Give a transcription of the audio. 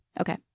Okay